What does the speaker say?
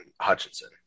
Hutchinson